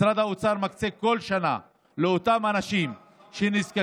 משרד האוצר מקצה בכל שנה לאותם אנשים נזקקים,